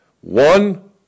one